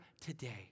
today